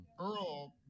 Earl